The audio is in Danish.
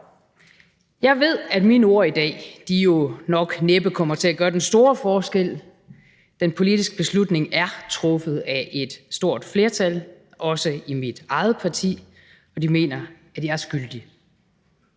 Jeg ved, at mine ord i dag jo nok næppe kommer til at gøre den store forskel. Den politiske beslutning er truffet af et stort flertal, også i mit eget parti, og de mener, at jeg er skyldig.